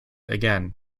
again